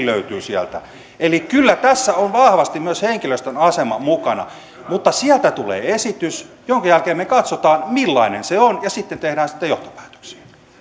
löytyy sieltä eli kyllä tässä on vahvasti myös henkilöstön asema mukana mutta sieltä tulee esitys jonka jälkeen me katsomme millainen se on ja sitten tehdään siitä johtopäätöksiä